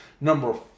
Number